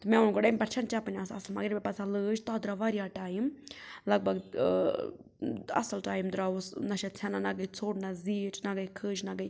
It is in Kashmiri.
تہٕ مےٚ ووٚن گۄڈٕ اَمہِ پٮ۪ٹھ چھَنہٕ چَپٕنۍ آسان اصٕل مگر ییٚلہِ مےٚ پَتہ سۄ لٲج تتھ درٛاو واریاہ ٹایِم لَگ بھگ ٲں اصٕل ٹایِم درٛاوُس نَہ چھِ ژھیٚنان نَہ گٔے ژھوٚٹ نَہ زیٖٹھ نَہ گٔے کھٔج نَہ گٔے